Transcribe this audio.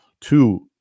two